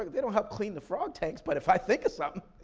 like they don't help clean the frog tanks, but if i think of something,